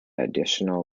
additional